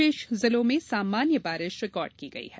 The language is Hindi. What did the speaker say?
शेष जिलों में सामान्य बारिश रिकहर्ड की गई है